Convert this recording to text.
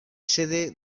sede